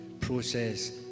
process